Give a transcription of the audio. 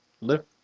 lift